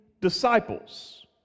disciples